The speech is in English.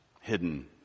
hidden